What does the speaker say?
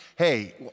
hey